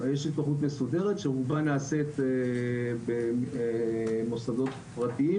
יש התמחות מסודרת שרובה נעשית במוסדות פרטיים,